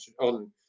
on